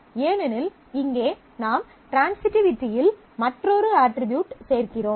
ஏனெனில் இங்கே நாம் ட்ரான்சிட்டிவிட்டியில் மற்றொரு அட்ரிபியூட் சேர்க்கிறோம்